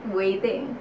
waiting